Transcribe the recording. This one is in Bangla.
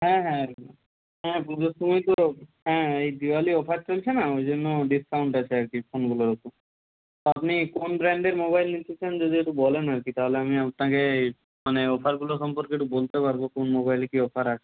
হ্যাঁ হ্যাঁ হ্যাঁ পুজোর সময় তো হ্যাঁ এই দিওয়ালি অফার চলছে না ওই জন্য ডিসকাউন্ট আছে আর কি ফোনগুলোর ওপর আপনি কোন ব্র্যান্ডের মোবাইল নিতে চান যদি একটু বলেন আর কি তাহলে আমি আপনাকে মানে অফারগুলো সম্পর্কে একটু বলতে পারবো কোন মোবাইলে কি অফার আছে